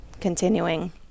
continuing